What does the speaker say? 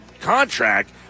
contract